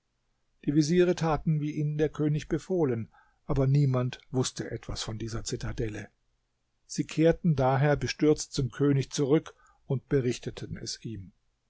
die veziere taten wie ihnen der könig befohlen aber niemand wußte etwas von dieser zitadelle sie kehrten daher bestürzt zum könig zurück und berichteten es ihm